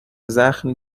زخم